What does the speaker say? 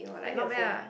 lend me your phone